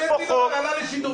הטענות.